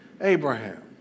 Abraham